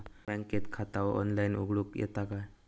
बँकेत खाता ऑनलाइन उघडूक येता काय?